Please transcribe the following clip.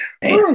Hey